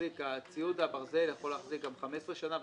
ציוד הברזל יכול להחזיק גם 15 שנה.